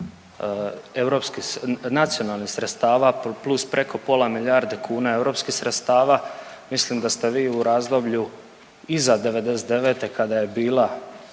nacionalnih sredstava plus preko pola milijarde europskih sredstava. Mislim da ste vi u razdoblju iza '99., kada je bila